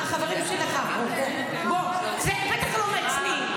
החברים שלך, בוא, זה בטח לא מאצלי.